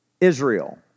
Israel